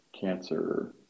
cancer